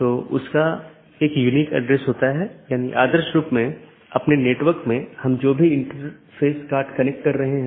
अगर जानकारी में कोई परिवर्तन होता है या रीचचबिलिटी की जानकारी को अपडेट करते हैं तो अपडेट संदेश में साथियों के बीच इसका आदान प्रदान होता है